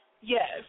Yes